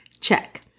check